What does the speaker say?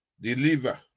deliver